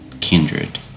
kindred